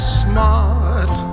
smart